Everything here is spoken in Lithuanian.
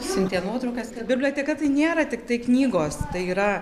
siuntė nuotraukas kad biblioteka tai nėra tiktai knygos tai yra